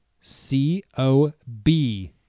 c-o-b